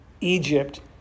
Egypt